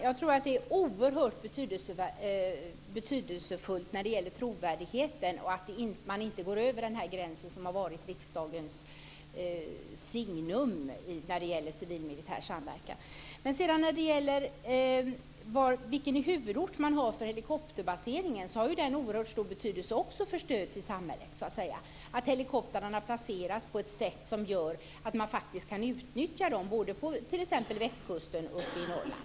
Fru talman! Det är oerhört betydelsefullt för trovärdigheten att man inte går över gränsen som varit riksdagens signum för civil-militär samverkan. Vilken huvudort man har för helikopterbaseringen har också oerhört stor betydelse för stödet till samhället. Helikoptrarna ska placeras på ett sätt som gör att man faktiskt kan utnyttja dem både på västkusten och uppe i Norrland.